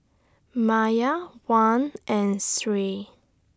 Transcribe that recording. Maya Wan and Sri